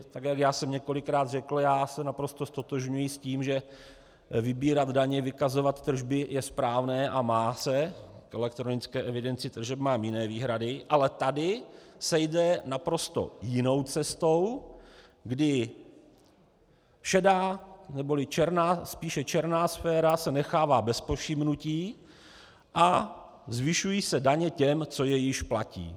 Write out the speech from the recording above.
Tak jak já jsem několikrát řekl, já se naprosto ztotožňuji s tím, že vybírat daně, vykazovat tržby je správné a má se, k elektronické evidenci tržeb mám jiné výhrady, ale tady se jde naprosto jinou cestou, kdy šedá neboli spíše černá sféra se nechává bez povšimnutí a zvyšují se daně těm, co je již platí.